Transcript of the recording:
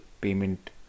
payment